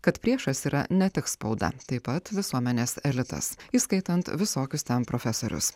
kad priešas yra ne tik spauda taip pat visuomenės elitas įskaitant visokius ten profesorius